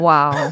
Wow